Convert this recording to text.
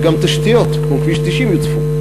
וגם תשתיות כמו כביש 90 יוצפו.